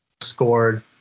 scored